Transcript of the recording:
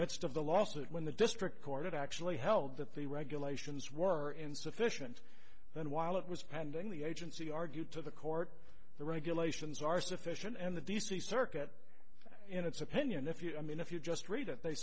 midst of the lawsuit when the district court it actually held that the regulations were insufficient and while it was pending the agency argued to the court the regulations are sufficient and the d c circuit in its opinion if you i mean if you just read it they